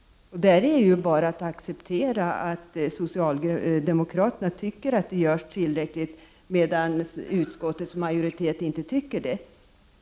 Där är det bara att acceptera att socialdemokraterna tycker att det görs tillräckligt, medan utskottets majoritet inte tycker det.